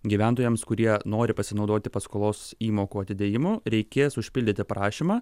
gyventojams kurie nori pasinaudoti paskolos įmokų atidėjimu reikės užpildyti prašymą